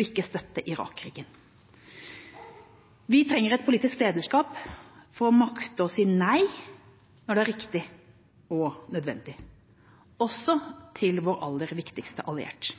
ikke å støtte Irak-krigen. Vi trenger et politisk lederskap for å makte å si nei når det er riktig og nødvendig – også til vår aller viktigste allierte.